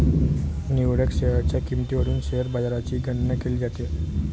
निवडक शेअर्सच्या किंमतीवरून शेअर बाजाराची गणना केली जाते